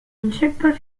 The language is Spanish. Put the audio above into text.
insectos